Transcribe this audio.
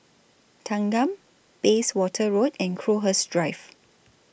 Thanggam Bayswater Road and Crowhurst Drive